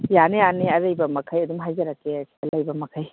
ꯌꯥꯅꯤ ꯌꯥꯅꯤ ꯑꯔꯩꯕ ꯃꯈꯩ ꯑꯗꯨꯝ ꯍꯥꯏꯖꯔꯛꯀꯦ ꯁꯤꯗ ꯂꯩꯕ ꯃꯈꯩ